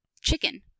chicken